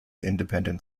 independent